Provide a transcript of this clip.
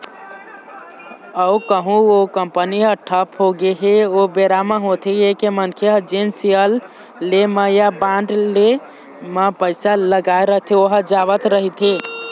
अउ कहूँ ओ कंपनी ह ठप होगे ओ बेरा म होथे ये के मनखे ह जेन सेयर ले म या बांड ले म पइसा लगाय रहिथे ओहा जावत रहिथे